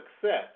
success